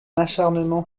acharnement